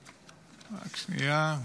רק שנייה,